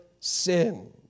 sin